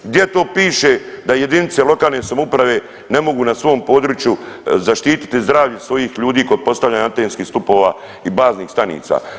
Gdje to piše da jedinice lokalne samouprave ne mogu na svom području zaštiti zdravlje svojih ljudi kod postavljanja antenskih stupova i baznih stanica.